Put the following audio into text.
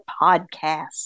podcast